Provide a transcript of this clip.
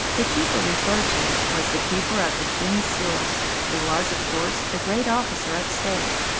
the keeper referred to was the keeper of the king's seals, who was, of course, a great officer of state.